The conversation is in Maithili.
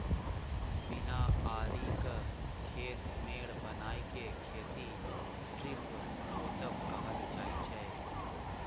बिना आरिक खेत मेढ़ बनाए केँ खेती स्ट्रीप जोतब कहल जाइ छै